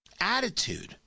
attitude